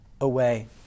away